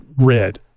red